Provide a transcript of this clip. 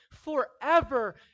Forever